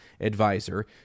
advisor